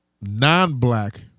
non-black